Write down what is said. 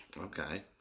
Okay